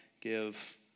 give